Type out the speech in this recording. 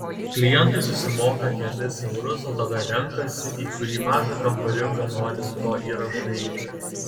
klientai susimoka kelis eurus o tada renkasi į kurį mažą kambariuką nori su tuo įrašu eiti